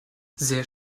sehr